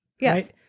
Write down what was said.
Yes